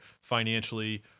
financially